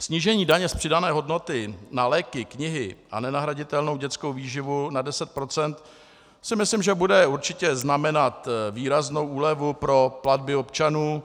Snížení daně z přidané hodnoty na léky, knihy a nenahraditelnou dětskou výživu na 10 % si myslím, že bude určitě znamenat výraznou úlevu pro platby občanů.